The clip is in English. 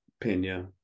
Pena